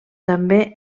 també